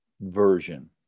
version